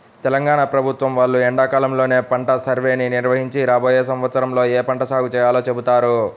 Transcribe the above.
తెలంగాణ ప్రభుత్వం వాళ్ళు ఎండాకాలంలోనే పంట సర్వేని నిర్వహించి రాబోయే సంవత్సరంలో ఏ పంట సాగు చేయాలో చెబుతారు